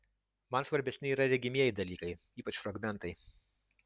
man svarbesni yra regimieji dalykai ypač fragmentai